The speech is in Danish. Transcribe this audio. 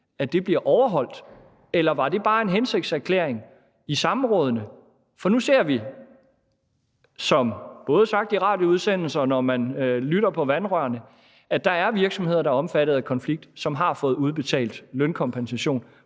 bliver overholdt? Eller var det bare en hensigtserklæring i samrådene? For nu ser vi det, som er hørt både i radioudsendelser, og når man lytter på vandrørene, at der er virksomheder, der er omfattet af konflikt, som har fået udbetalt lønkompensation.